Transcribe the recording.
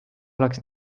oleks